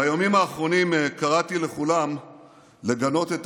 בימים האחרונים קראתי לכולם לגנות את